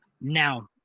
Now